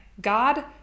God